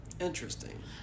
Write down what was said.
interesting